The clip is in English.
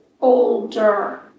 older